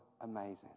amazing